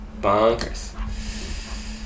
bonkers